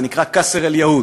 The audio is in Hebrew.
זה נקרא "קאסר אל-יאהוד".